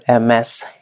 MS